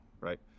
Right